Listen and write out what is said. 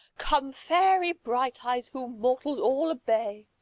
comes fairy bright-eyes, whom mortals all obey.